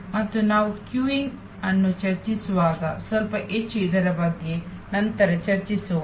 ಮತ್ತು ನಾವು ಕ್ಯೂಯಿಂಗ್ ಅನ್ನು ಚರ್ಚಿಸುವಾಗ ಸ್ವಲ್ಪ ಹೆಚ್ಚು ಇದರ ಬಗ್ಗೆ ನಂತರ ಚರ್ಚಿಸೋಣ